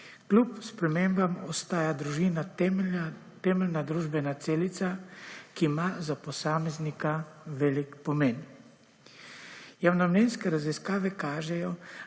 Kljub sprememb ostaja družina temeljna družbena celica, ki ima za posameznika velik pomen. Javnomnenjske raziskave kažejo,